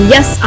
Yes